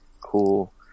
cool